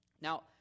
Now